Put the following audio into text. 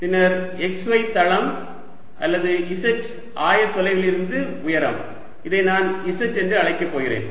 பின்னர் xy தளம் அல்லது z ஆய தொலைவிலிருந்து உயரம் இதை நான் z என்று அழைக்கப் போகிறேன்